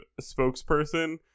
spokesperson